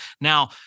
Now